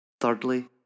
Thirdly